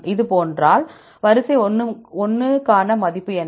இதுபோன்றால் வரிசை 1 க்கான மதிப்பு என்ன